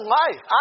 life